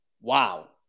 Wow